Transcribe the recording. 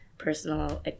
personal